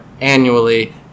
annually